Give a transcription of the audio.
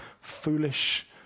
foolish